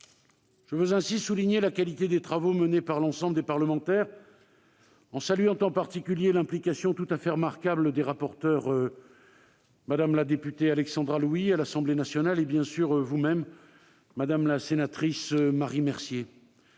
Je veux ainsi souligner la qualité des travaux menés par l'ensemble des parlementaires, en saluant en particulier l'implication tout à fait remarquable des rapporteures, Mme la députée Alexandra Louis et, bien sûr vous-même, madame la sénatrice Marie Mercier.